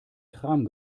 kram